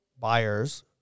buyers